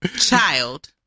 child